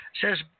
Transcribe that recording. says